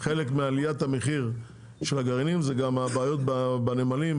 חלק מעליית המחיר של הגרעינים זה גם הבעיות בנמלים,